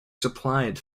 supplied